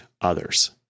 others